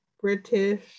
British